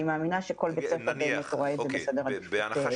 מאמינה שכל בית ספר באמת רואה את זה בסדר עדיפות.